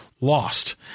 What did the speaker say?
lost